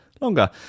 longer